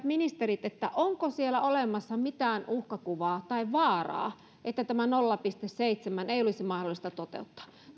ministerit onko olemassa mitään uhkakuvaa tai vaaraa että tätä nolla pilkku seitsemää ei olisi mahdollista toteuttaa